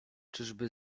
czyżby